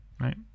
right